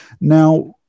Now –